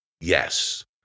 Yes